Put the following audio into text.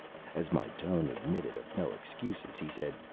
as my tone admitted of no excuses, he said,